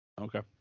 okay